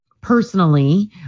Personally